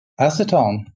acetone